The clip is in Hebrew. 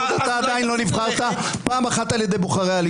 אתה עדיין לא נבחרת פעם אחת על ידי בוחרי הליכוד.